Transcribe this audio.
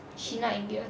she not angry ah